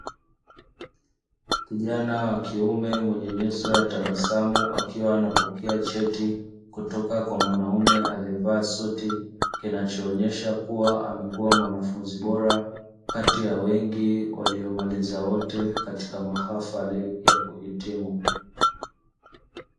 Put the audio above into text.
Kijana wa kiume mwenyenye uso ya tabasamu akiwa anapokea cheti kutoka kwa mwanaume aliyevaa suti, kinachoonyesha kuwa amekuwa mwanafunzi bora kati ya wengi waliomaliza wote katika mahafali ya kuhitimu.